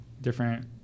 different